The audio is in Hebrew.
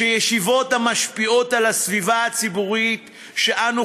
שישיבות המשפיעות על הסביבה הציבורית שאנו